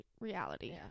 reality